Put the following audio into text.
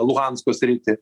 luhansko sritį